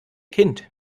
kind